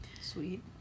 sweet